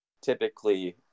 typically